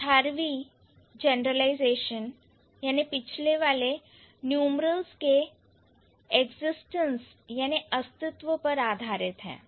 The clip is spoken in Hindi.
18वीं पिछले वाले न्यूमरल्स के एक्जिस्टेंस अस्तित्व पर आधारित है